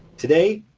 today,